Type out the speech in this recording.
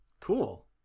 Cool